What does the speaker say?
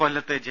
കൊല്ലത്ത് ജെ